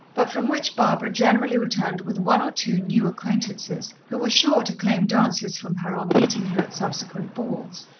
but from which barbara generally returned with one or two new acquaintances, who were sure to claim dances from her on meeting her at subsequent balls.